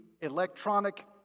electronic